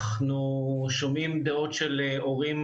אנחנו שומעים דעות של הורים